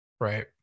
Right